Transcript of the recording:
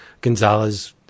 Gonzalez